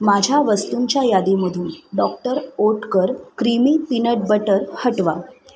माझ्या वस्तूंच्या यादीमधून doctor Oetker creamy peanut butter हटवा